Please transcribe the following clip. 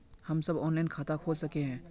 हम सब ऑनलाइन खाता खोल सके है?